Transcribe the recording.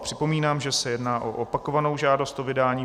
Připomínám, že se jedná o opakovanou žádost o vydání.